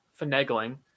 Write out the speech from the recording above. finagling